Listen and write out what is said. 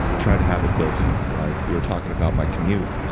try to have it built into my life. we were talking about my commute,